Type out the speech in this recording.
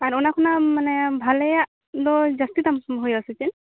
ᱟᱨ ᱚᱱᱟ ᱠᱷᱚᱱᱟᱜ ᱵᱷᱟᱞᱮ ᱭᱟᱜ ᱫᱚ ᱡᱟᱹᱥᱛᱤ ᱫᱟᱢ ᱦᱩᱭᱩᱜ ᱟᱥᱮ ᱪᱮᱫ